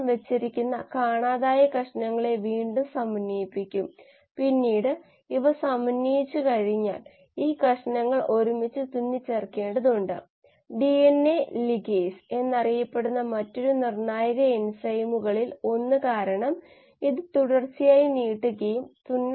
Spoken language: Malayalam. ഇത് നല്ലതാണ് പക്ഷേ നമുക്ക് ആവശ്യമുള്ളതിന്റെ പ്രധാന കാരണം എന്തുകൊണ്ടാണ് ഇത് അത്ര എളുപ്പമല്ലാത്തത് നോഡിന്റെ സ്വഭാവം കാരണം ഇഷ്ടാനുസരണം ഫ്ലക്സ് മാറ്റാൻ കഴിയുന്നില്ലേ എല്ലാ നോഡുകളിലും ഈ ബ്രാഞ്ചിലൂടെ കൂടുതൽ കാർബൺ എടുക്കുമെന്ന് നിങ്ങൾക്ക് പറയാനാവില്ല മാത്രമല്ല ഈ ശാഖയുടെ ഉത്തരവാദിത്തമുള്ള എൻസൈം മുറിച്ചുമാറ്റുന്നതിലൂടെ